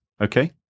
Okay